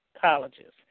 colleges